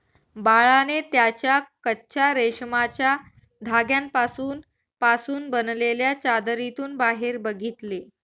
बाळाने त्याच्या कच्चा रेशमाच्या धाग्यांपासून पासून बनलेल्या चादरीतून बाहेर बघितले